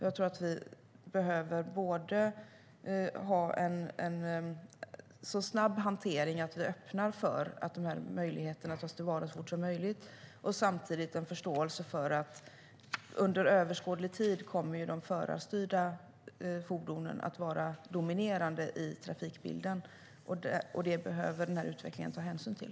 Jag tror att vi behöver ha en så snabb hantering att vi öppnar för att de här möjligheterna tas till vara så fort som möjligt och samtidigt en förståelse för att de förarstyrda fordonen kommer att vara dominerande i trafikbilden under överskådlig tid. Det behöver man i den här utvecklingen ta hänsyn till.